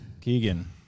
Keegan